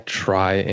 try